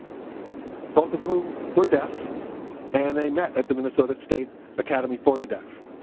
both of whom were deaf and they met at the minnesota state academy for the deaf.